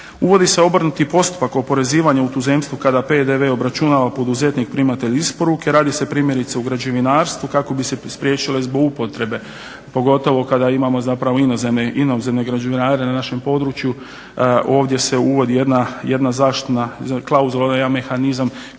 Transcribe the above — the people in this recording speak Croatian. uvodi se obrnuti postupak oporezivanja u tuzemstvu kada PDV obračunava poduzetnik, primatelj isporuke. Radi se primjerice u građevinarstvu kako bi se spriječile zloupotrebe pogotovo kada imamo zapravo inozemne građevinare na našem području, ovdje se uvodi jedna zaštitna klauzula, jedan mehanizam